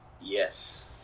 Yes